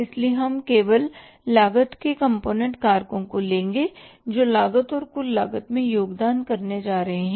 इसलिए हम केवल लागत के कंपोनेंटcomponentया कारकों को लेंगे जो लागत और कुल लागत में योगदान करने जा रहे हैं